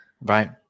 Right